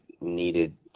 needed